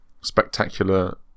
spectacular